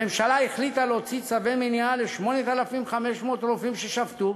הממשלה החליטה להוציא צווי מניעה ל-8,500 רופאים ששבתו.